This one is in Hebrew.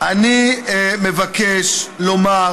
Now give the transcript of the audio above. אני מבקש לומר